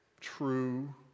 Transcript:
true